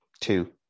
two